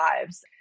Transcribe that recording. lives